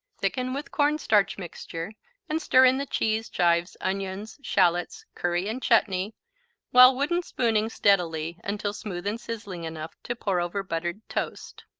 thicken with cornstarch mixture and stir in the cheese, chives, onions, shallots, curry and chutney while wooden-spooning steadily until smooth and sizzling enough to pour over buttered toast.